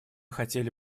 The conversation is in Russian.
хотели